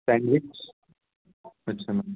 sandwich अच्छा